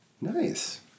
Nice